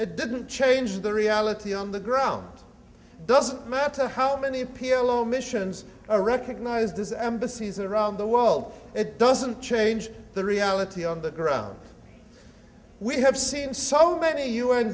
it didn't change the reality on the ground doesn't matter how many p l o missions or recognize this embassies around the world it doesn't change the reality on the ground we have seen so many u